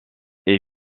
est